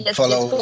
follow